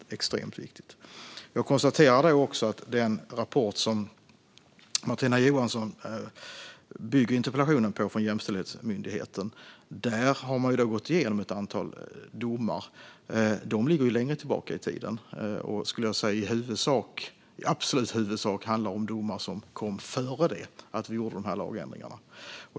Det är extremt viktigt. Jag konstaterar att i den rapport från Jämställdhetsmyndigheten som Martina Johansson bygger interpellationen på har myndigheten gått igenom ett antal domar som ligger längre tillbaka i tiden, och i absolut huvudsak handlar det om domar som kom före lagändringarna.